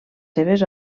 seves